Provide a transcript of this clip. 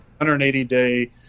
180-day